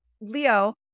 Leo